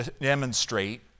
demonstrate